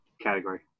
category